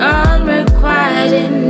unrequited